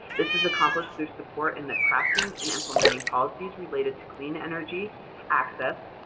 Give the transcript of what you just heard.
this is accomplished through support in the crafting and implementing policies related to clean energy access,